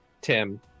Tim